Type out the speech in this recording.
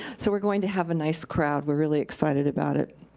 so we're going to have a nice crowd, we're really excited about it.